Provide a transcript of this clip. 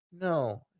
no